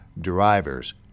drivers